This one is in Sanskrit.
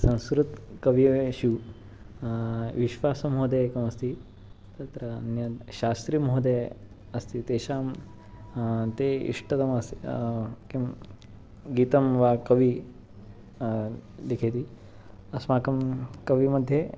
संस्कृतकवीषु विश्वासमहोदयः एकमस्ति तत्र अन्यः शास्त्री महोदयः अस्ति तेषां ते इष्टतमः किं गीतं वा कविं लिखति अस्माकं कविमध्ये